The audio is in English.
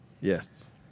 Yes